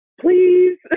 please